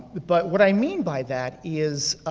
but, what i mean by that is,